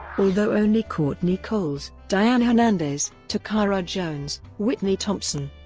although only kortnie coles, diane hernandez, toccara jones, whitney thompson,